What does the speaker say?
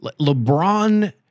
LeBron